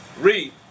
Read